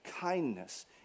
kindness